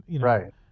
Right